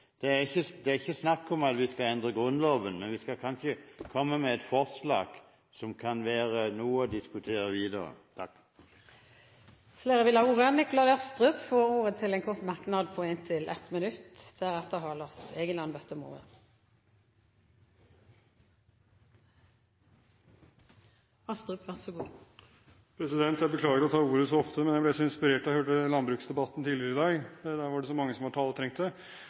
Det er ikke snakk om at vi skal endre Grunnloven, men vi skal kanskje komme med et forslag som kan være noe å diskutere videre. Representanten Nikolai Astrup har hatt ordet to ganger og får ordet til en kort merknad på inntil 1 minutt. Jeg beklager å ta ordet så ofte, men jeg ble så inspirert da jeg hørte landbruksdebatten tidligere i dag, der var det så mange som